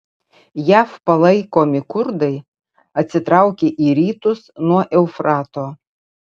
jav palaikomi kurdai atsitraukė į rytus nuo eufrato